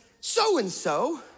so-and-so